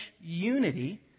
unity